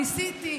ניסיתי,